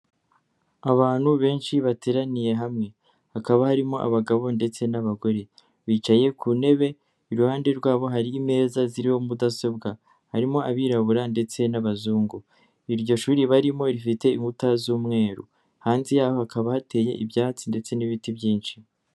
Abantu benshi bateraniye hamwe, hakaba harimo abagabo ndetse n'abagore, bicaye ku ntebe, iruhande rwabo hari imeza ziriho mudasobwa, harimo abirabura ndetse n'abazungu, iryo shuri barimo rifite inkuta z'umweru, hanze yaho hakaba hateye ibyatsi ndetse n'ibiti byinshi.